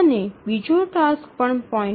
અને બીજું ટાસ્ક પણ 0